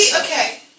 Okay